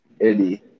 Eddie